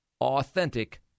authentic